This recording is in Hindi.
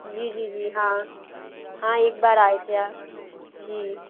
जी जी जी हाँ हाँ एक बार आए थे आप जी